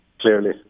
clearly